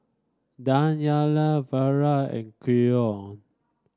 Danyelle Vara and Keon